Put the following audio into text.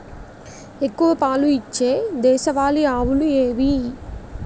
ఎక్కువ పాలు ఇచ్చే దేశవాళీ ఆవులు ఏవి?